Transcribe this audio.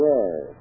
Yes